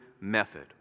method